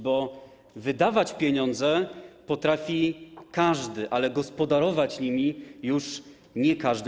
Bo wydawać pieniądze potrafi każdy, ale gospodarować nimi - już nie każdy.